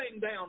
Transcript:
down